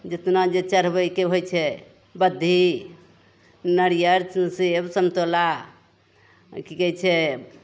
जेतना जे चढ़बैके होइ छै बद्धी नारियल सेब सन्तोला की कहै छै